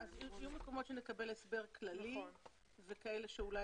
יהיו מקומות שנקבל הסבר כללי וכאלה שאולי